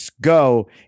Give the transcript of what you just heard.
go